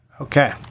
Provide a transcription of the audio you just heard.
Okay